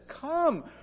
Come